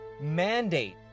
mandate